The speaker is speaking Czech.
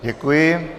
Děkuji.